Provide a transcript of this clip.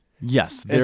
Yes